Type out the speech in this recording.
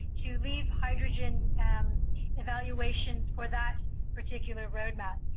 to leave hydrogen evaluations for that particular roadmap.